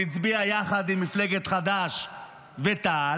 הוא הצביע יחד עם מפלגת חד"ש ותע"ל.